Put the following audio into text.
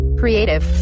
creative